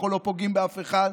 אנחנו לא פוגעים באף אחד,